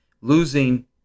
Losing